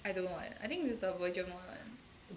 I don't know eh I think is the version one